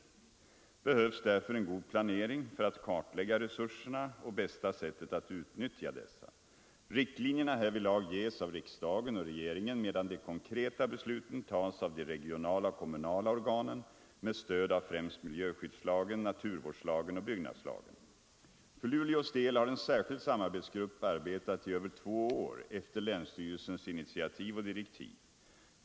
Det behövs därför en god planering för att kartlägga resurserna och bästa sättet att utnyttja dessa. Riktlinjerna härvidlag ges av riksdagen och regeringen, medan de konkreta besluten tas av de regionala och kommunala organen med stöd av främst miljöskyddslagen, naturvårdslagen och byggnadslagen. För Luleås del har en särskild samarbetsgrupp arbetat i över två år efter länsstyrelsens initiativ och direktiv.